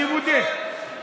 אני מודה.